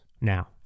now